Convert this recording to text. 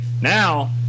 Now